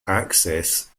access